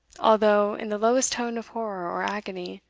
although in the lowest tone of horror or agony,